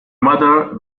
mother